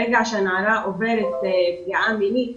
אבל ברגע שנערה עוברת פגיעה מינית,